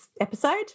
episode